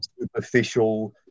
superficial